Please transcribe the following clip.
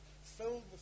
filled